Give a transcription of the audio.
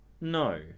No